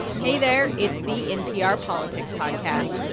hey, there. it's the npr politics podcast.